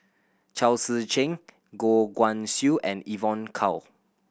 Chao Tzee Cheng Goh Guan Siew and Evon Kow